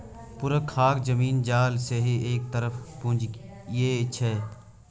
पुरखाक जमीन जाल सेहो एक तरहक पूंजीये छै